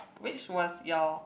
which was your